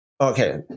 okay